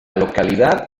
localidad